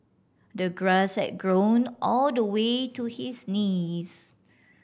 the grass had grown all the way to his knees